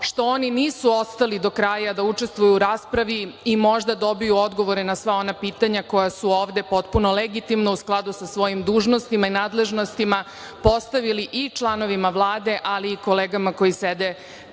što oni nisu ostali do kraja da učestvuju u raspravi i možda dobiju odgovore na sva ona pitanja koja su ovde potpuno legitimna, u skladu sa svojim dužnostima i nadležnostima postavili i članovima Vlade, ali i kolegama koje sede